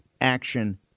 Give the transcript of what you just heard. action